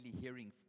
hearing